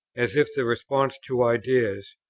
as if the response to ideas,